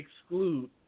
exclude